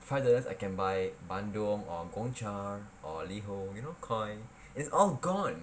five dollars I can buy bandung or Gong Cha or LiHo you know Koi it's all gone